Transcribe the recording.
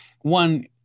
One